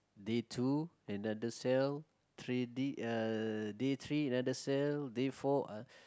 day two another cell three d~ uh day three another cell day four uh